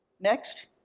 next,